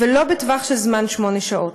ולא בטווח זמן של שמונה שעות.